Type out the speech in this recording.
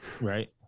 Right